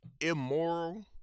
immoral